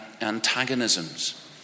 antagonisms